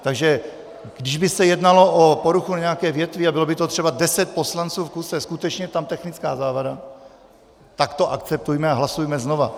Takže kdyby se jednalo o poruchu na nějaké větvi a bylo by to třeba deset poslanců v kuse, skutečně by tam byla technická závada, tak to akceptujme a hlasujme znova.